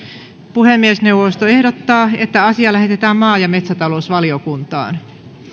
puhemiesneuvosto ehdottaa että asia lähetetään maa ja metsätalousvaliokuntaan